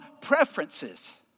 preferences